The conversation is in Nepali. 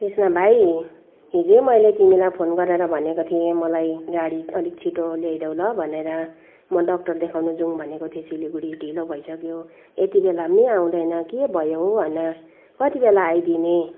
कृष्ण भाइ हिजै मैले तिमीलाई फोन गरेर भनेको थिएँ मलाई गाडी अलिक छिटो ल्याइदेऊ ल भनेर म डक्टर देखाउन जाउँ भनेको थिएँ सिलगढी ढिलो भइसक्यो यति बेला पनि आउँदैन के भयो हो होइन कति बेला आइदिने